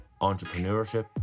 entrepreneurship